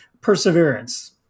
perseverance